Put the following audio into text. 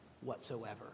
whatsoever